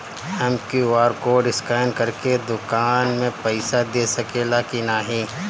हम QR code scan करके दुकान में पईसा दे सकेला की नाहीं?